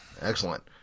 Excellent